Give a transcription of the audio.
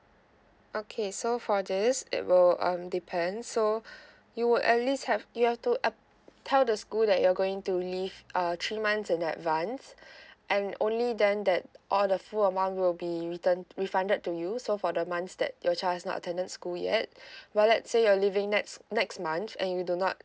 okay so for this it will um depends so you would at least have you have to app~ tell the school that you're going to leave uh three months in advance and only then that all the full amount will be returned refunded to you so for the months that your child has not attended school yet but let say you're leaving next next month and you do not